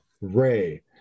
Ray